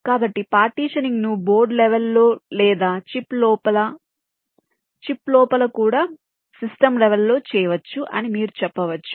కాబట్టి పార్టీషనింగ్ ను board level లో లేదా చిప్ లోపల చిప్ లోపల కూడా సిస్టమ్ లెవెల్ లో చేయవచ్చు అని మీరు చెప్పవచ్చు